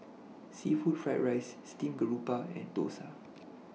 Seafood Fried Rice Steamed Garoupa and Dosa